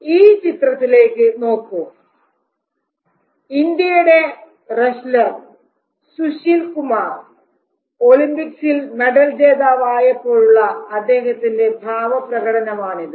ഈ ചിത്രത്തിലേക്ക് നോക്കൂ ഇന്ത്യയുടെ റെസ്റ്റ്ലർ സുശീൽകുമാർ ഒളിമ്പിക്സിൽ മെഡൽ ജേതാവായപ്പോഴുള്ള അദ്ദേഹത്തിൻറെ ഭാവപ്രകടനം ആണിത്